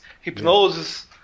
hypnosis